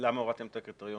למה הורדתם את הקריטריון?